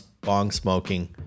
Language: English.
bong-smoking